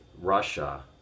Russia